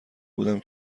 بودم